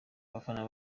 abafana